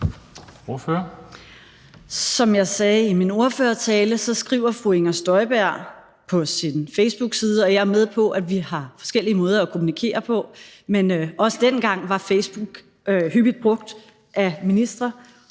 Som jeg sagde i min ordførertale, skriver fru Inger Støjberg om det på sin facebookside – og jeg er med på, at vi har forskellige måder at kommunikere på, men også dengang var Facebook hyppigt brugt af ministre.